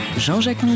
Jean-Jacques